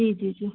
जी जी जी